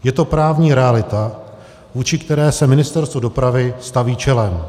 Je to právní realita, vůči které se Ministerstvo dopravy staví čelem.